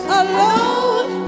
alone